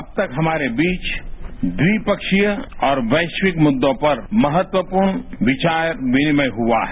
अब तक हमारे बीच द्विप्सीय और वैश्विक मुद्दों पर महत्वपूर्ण विचार विनिमय हुआ है